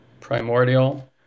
primordial